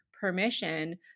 permission